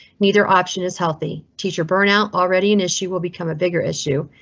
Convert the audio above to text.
neither option is healthy. teacher burnout. already an issue will become a bigger issue,